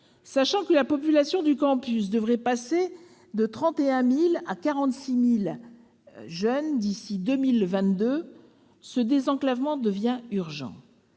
Sachant que la population du campus devrait passer de 31 000 à 46 000 jeunes d'ici à 2022, ce désenclavement devient urgent,